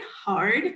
hard